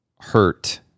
hurt